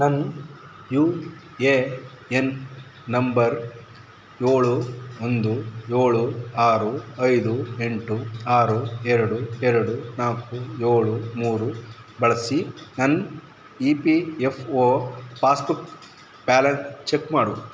ನನ್ನ U A N number ಏಳು ಒಂದು ಏಳು ಆರು ಐದು ಎಂಟು ಆರು ಎರಡು ಎರಡು ನಾಲ್ಕು ಏಳು ಮೂರು ಬಳಸಿ ನನ್ನ E P F O passbook balance check ಮಾಡು